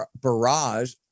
barrage